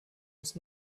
bis